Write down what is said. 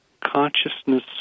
consciousness